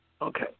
Okay